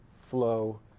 flow